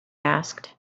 asked